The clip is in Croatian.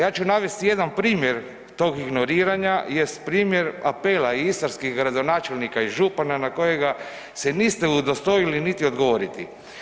Ja ću navest jedan primjer tog ignoriranja jest primjer apela istarskih gradonačelnika i župana na kojega se niste udostojili niti odgovoriti.